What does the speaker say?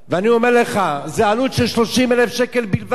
אני אומר לך שזו עלות של 30,000 שקל בלבד.